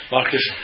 Marcus